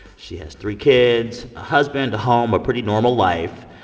she has three kids, a husband, a home, a pretty normal life,